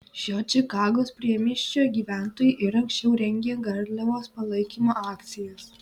šio čikagos priemiesčio gyventojai ir anksčiau rengė garliavos palaikymo akcijas